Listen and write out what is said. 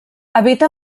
habita